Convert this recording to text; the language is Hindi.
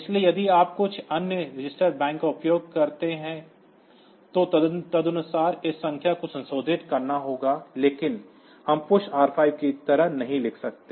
सलिए यदि आप कुछ अन्य रजिस्टर बैंक का उपयोग कर रहे हैं तो तदनुसार इस संख्या को संशोधित करना होगा लेकिन हम PUSH R5 की तरह नहीं लिख सकते